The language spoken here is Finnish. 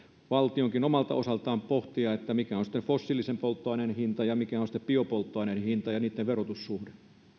valtionkin sitten omalta osaltaan pohtia mikä on fossiilisen polttoaineen hinta ja mikä on biopolttoaineen hinta ja niitten verotussuhde